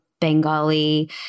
Bengali